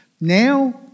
Now